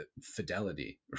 fidelity